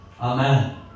Amen